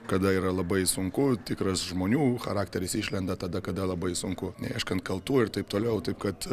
kada yra labai sunku tikras žmonių charakteris išlenda tada kada labai sunku neieškant kaltų ir taip toliau taip kad